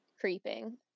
creeping